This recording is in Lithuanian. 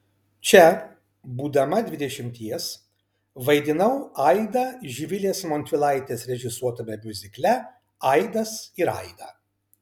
čia būdama dvidešimties vaidinau aidą živilės montvilaitės režisuotame miuzikle aidas ir aida